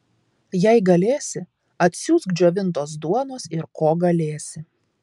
jei galėsi atsiųsk džiovintos duonos ir ko galėsi